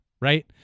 right